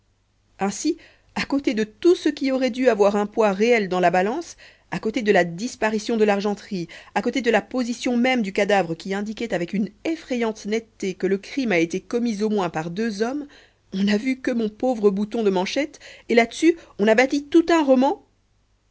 ainsi à côté de tout ce qui aurait dû avoir un poids réel dans la balance à côté de la disparition de l'argenterie à côté de la position même du cadavre qui indiquait avec une effrayante netteté que le crime a été commis au moins par deux hommes on n'a vu que mon pauvre bouton de manchette et là-dessus on a bâti tout un roman